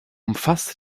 umfasste